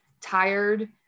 tired